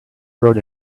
rode